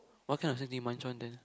what kind of snacks do you munch on then